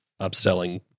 upselling